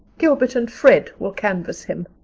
gilbert and fred will canvass him.